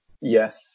Yes